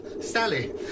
Sally